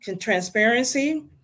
transparency